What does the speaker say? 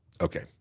Okay